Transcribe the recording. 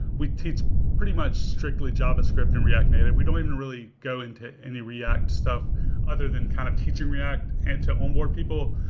we teach pretty much strictly javascript and react native. we don't even really go into any react stuff other than kind of teaching react and to onboard people.